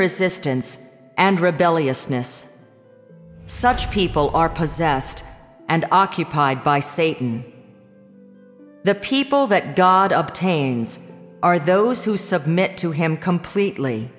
resistance and rebelliousness such people are possessed and occupied by satan the people that god up tains are those who submit to him completely